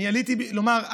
אני עליתי לומר,